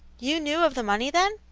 you knew of the money, then?